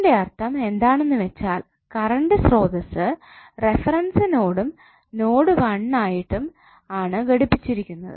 ഇതിന്റെ അർഥം എന്താണെന്നുവെച്ചാൽ കറണ്ട് സ്ത്രോതസ്സു റഫറൻസ് നോടും നോഡ് വൺ ആയിട്ടും ആണ് ഘടിപ്പിച്ചിരിക്കുന്നത്